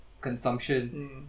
Consumption